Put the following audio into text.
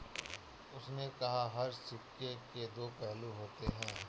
उसने कहा हर सिक्के के दो पहलू होते हैं